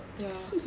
ya